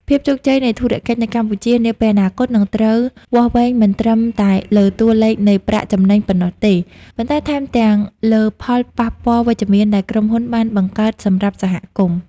ភាពជោគជ័យនៃធុរកិច្ចនៅកម្ពុជានាពេលអនាគត នឹងត្រូវវាស់វែងមិនត្រឹមតែលើតួលេខនៃប្រាក់ចំណេញប៉ុណ្ណោះទេ ប៉ុន្តែថែមទាំងលើផលប៉ះពាល់វិជ្ជមានដែលក្រុមហ៊ុនបានបង្កើតសម្រាប់សហគមន៍។